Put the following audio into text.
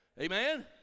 Amen